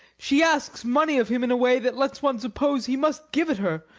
she asks money of him in a way that lets one suppose he must give it her,